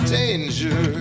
danger